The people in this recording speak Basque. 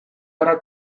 gara